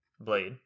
Blade